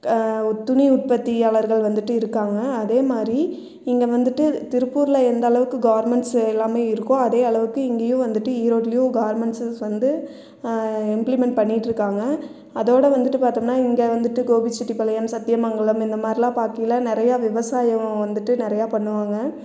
துணி உற்பத்தியாளர்கள் வந்துவிட்டு இருக்காங்க அதேமாதிரி இங்கே வந்துவிட்டு திருப்பூரில் எந்தளவுக்கு கார்மெண்ட்ஸ் எல்லாமே இருக்கோ அதே அளவுக்கு இங்கேயும் வந்துவிட்டு ஈரோட்டுலேயும் கார்மெண்ட்ஸ்செஸ் வந்து இம்ப்ளிமென்ட் பண்ணிட்டு இருக்காங்க அதோடு வந்துவிட்டு பாத்தோம்னா இங்கே வந்துவிட்டு கோபிச்செட்டிபாளயம் சத்தியமங்கலம் இந்தமாதிரிலாம் பார்க்கையில நிறைய விவசாயம் வந்துவிட்டு நிறையா பண்ணுவாங்க